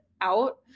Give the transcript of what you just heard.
out